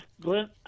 Glenn